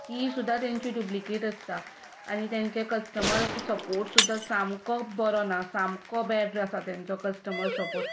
तीवूय सुद्दां तांची डुबलिकेट आसता आनी तांचे कस्टमर सपोर्ट सुद्दां सामकोच बरो ना सामको बॅड आसा तांचो कस्टमर सपोर्ट